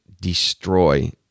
destroy